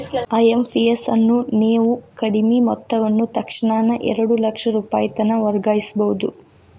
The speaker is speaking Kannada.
ಐ.ಎಂ.ಪಿ.ಎಸ್ ಅನ್ನು ನೇವು ಕಡಿಮಿ ಮೊತ್ತವನ್ನ ತಕ್ಷಣಾನ ಎರಡು ಲಕ್ಷ ರೂಪಾಯಿತನಕ ವರ್ಗಾಯಿಸ್ಬಹುದು